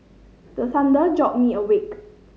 the thunder jolt me awake